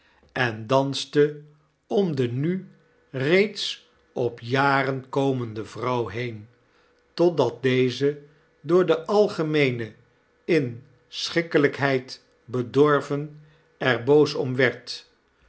en danste om de nu reeds op jaren komendevrouw heen totdat deze door de algemeene inschikkelykheid bedorven er boos om werd